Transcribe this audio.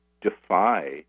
defy